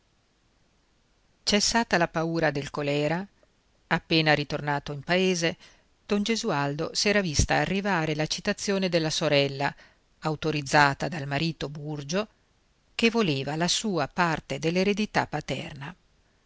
cessata la paura del colèra appena ritornato in paese don gesualdo s'era vista arrivare la citazione della sorella autorizzata dal marito burgio che voleva la sua parte dell'eredità paterna